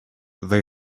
they